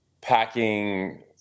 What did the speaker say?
packing